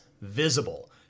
visible